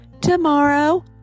tomorrow